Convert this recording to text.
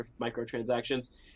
microtransactions